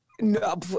no